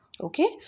Okay